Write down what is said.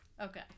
Okay